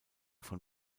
von